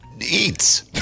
eats